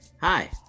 Hi